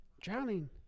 Drowning